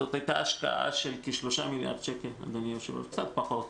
זאת הייתה השקעה של כ-3 מיליארד שקל, קצת פחות.